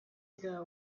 ago